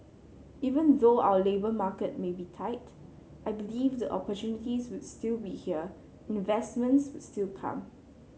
even though our labour market may be tight I believe the opportunities would still be here investments will still come